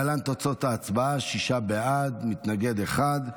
להלן תוצאות ההצבעה: שישה בעד, מתנגד אחד.